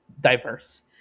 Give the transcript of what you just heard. diverse